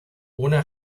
una